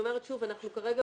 45 ימים